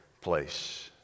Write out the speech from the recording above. place